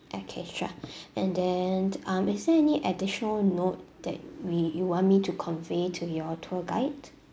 okay sure and then um is there any additional note that we you want me to convey to your tour guide